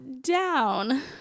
down